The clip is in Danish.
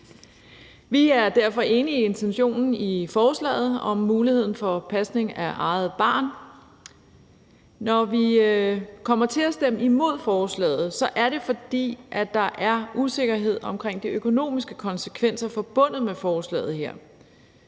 Vi er derfor enige i intentionen i forslaget om muligheden for pasning af eget barn. Når vi kommer til at stemme imod forslaget, er det, fordi der er usikkerhed omkring de økonomiske konsekvenser forbundet med forslaget her.